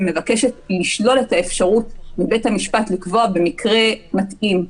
שמבקשת לשלול את האפשרות מבית המשפט לקבוע במקרה מתאים,